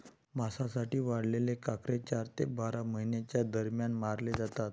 मांसासाठी वाढवलेले कोकरे चार ते बारा महिन्यांच्या दरम्यान मारले जातात